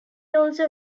also